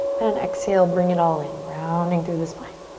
and exhale, bring it all in. rounding through the spine.